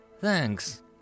thanks